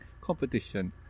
competition